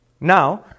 Now